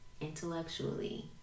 intellectually